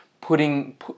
putting